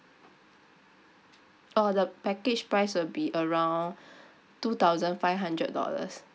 uh the package price will be around two thousand five hundred dollars